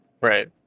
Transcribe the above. Right